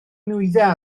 nwyddau